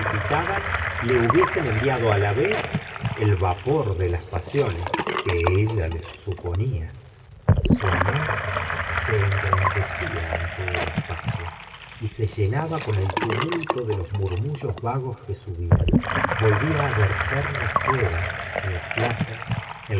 palpitaban le hubiesen enviado á la vez el vapor de las pasiones que ella les suponía su amor se engrandecía ante el espacio y sellenaba con el tumult de los murmullos vagos que subían volvía á verterle fuera en las plazas